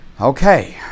Okay